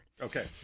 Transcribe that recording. Okay